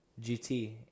GT